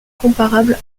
comparable